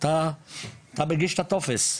אתה מגיש את הטופס,